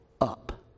up